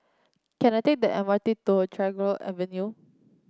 can I take the M R T to Tagore Avenue